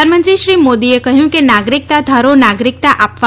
પ્રધાનમંત્રી શ્રી મોદીએ કહ્યું કે નાગરિકતા ધારો નાગરિકતા આપવા